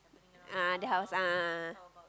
a'ah that house a'ah a'ah